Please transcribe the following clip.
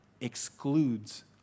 excludes